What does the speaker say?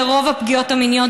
זה רוב הפגיעות המיניות,